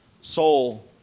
soul